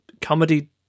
comedy –